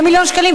2 מיליון שקלים,